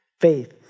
faith